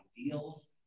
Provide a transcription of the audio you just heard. ideals